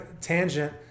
tangent